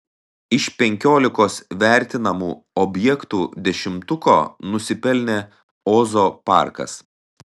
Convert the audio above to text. iš penkiolikos vertinamų objektų dešimtuko nusipelnė ozo parkas